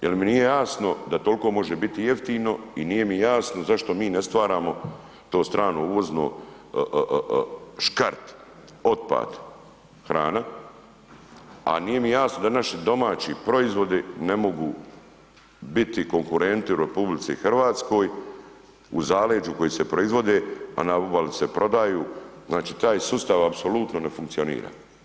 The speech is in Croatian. Jel mi nije jasno da tolko može biti jeftino i nije mi jasno zašto mi ne stvaramo to strano uvozno škart, otpad, hrana, a nije mi jasno da naši domaći proizvodi ne mogu biti konkurenti u RH u zaleđu koji se proizvode, a na obali se prodaju, znači taj sustav apsolutno ne funkcionira.